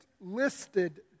listed